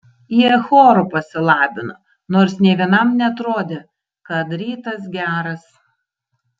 jie choru pasilabino nors nė vienam neatrodė kad rytas geras